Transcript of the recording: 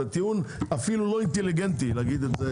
זה טיעון אפילו לא אינטליגנטי להגיד אותו.